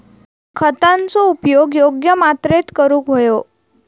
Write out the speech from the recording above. खतांचो उपयोग योग्य मात्रेत करूक व्हयो